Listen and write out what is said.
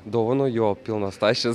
dovaną jo pilnos tašės